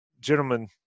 Gentlemen